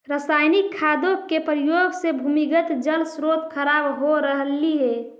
रसायनिक खादों के प्रयोग से भूमिगत जल स्रोत खराब हो रहलइ हे